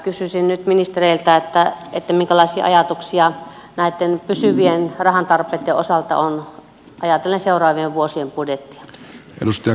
kysyisin nyt ministereiltä minkälaisia ajatuksia näitten pysyvien rahantarpeitten osalta on ajatellen seuraavien vuosien budjetteja